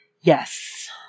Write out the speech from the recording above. Yes